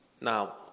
Now